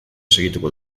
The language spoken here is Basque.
segituko